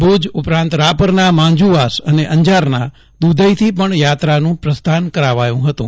ભુજ ઉપરાંત રાપરના માંજુવાસ અને અંજારના દુધઇથી પણ યાત્રાનું પ્રસ્થાન કરાવાયું હતું